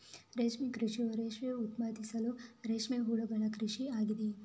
ರೇಷ್ಮೆ ಕೃಷಿಯು ರೇಷ್ಮೆ ಉತ್ಪಾದಿಸಲು ರೇಷ್ಮೆ ಹುಳುಗಳ ಕೃಷಿ ಆಗಿದೆ